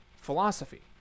philosophy